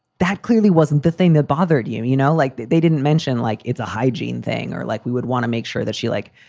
that clearly wasn't the thing that bothered you. you know, like they didn't mention like it's a hygiene thing or like we would want to make sure that she, like,